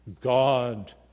God